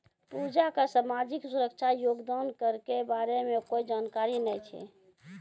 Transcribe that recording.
पूजा क सामाजिक सुरक्षा योगदान कर के बारे मे कोय जानकारी नय छै